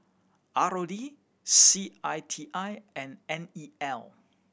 R O D C I T I and N E L